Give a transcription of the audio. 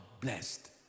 blessed